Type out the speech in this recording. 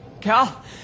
Cal